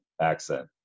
accent